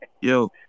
Yo